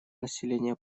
населения